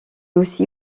aussi